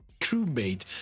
crewmate